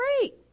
great